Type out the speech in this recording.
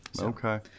Okay